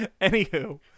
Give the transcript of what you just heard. Anywho